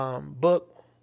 book